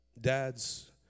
Dads